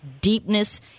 deepness